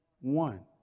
one